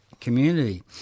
community